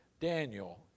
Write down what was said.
Daniel